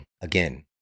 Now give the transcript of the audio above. again